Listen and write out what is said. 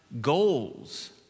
goals